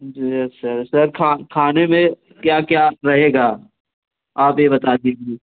yes sir sir खाने में खाने में क्या क्या रहेगा आप ये बता दीजिए